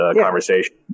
conversation